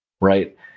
right